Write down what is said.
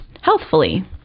healthfully